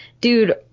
dude